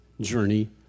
journey